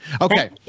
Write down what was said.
Okay